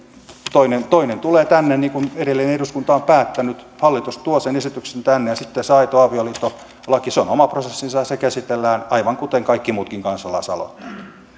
toinen tulee tänne niin kuin edellinen eduskunta on päättänyt hallitus tuo sen esityksen tänne ja sitten se aito avioliitto laki on oma prosessinsa ja se käsitellään aivan kuten kaikki muutkin kansalaisaloitteet